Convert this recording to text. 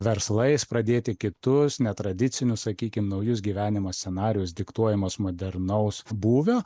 verslais pradėti kitus netradicinius sakykim naujus gyvenimo scenarijus diktuojamus modernaus būvio